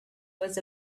was